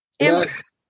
yes